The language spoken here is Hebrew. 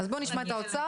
אז בוא נשמע את האוצר?